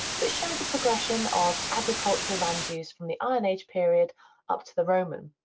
which showed the progression of agricultural land use from the iron age period up to the roman.